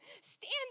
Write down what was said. stand